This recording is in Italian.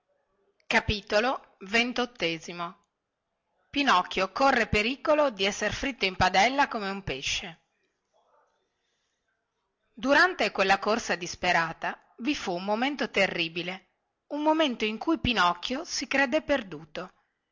di veder nulla pinocchio corre pericolo di essere fritto in padella come un pesce durante quella corsa disperata vi fu un momento terribile un momento in cui pinocchio si credé perduto